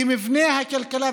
כי מבנה הכלכלה,